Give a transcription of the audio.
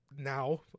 now